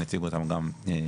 אני אציג אותם גם בהמשך,